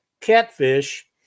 catfish